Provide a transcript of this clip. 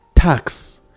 Tax